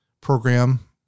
program